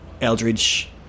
Eldridge